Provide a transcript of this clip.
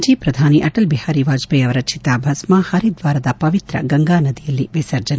ಮಾಜಿ ಪ್ರಧಾನಿ ಅಟಲ್ ಬಿಹಾರಿ ವಾಜಪೇಯಿ ಅವರ ಚಿತಾಭಸ್ನ ಹರಿದ್ವಾರದ ಪವಿತ್ರ ಗಂಗಾ ನದಿಯಲ್ಲಿ ವಿಸರ್ಜನೆ